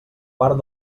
part